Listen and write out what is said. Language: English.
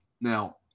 Now